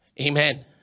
Amen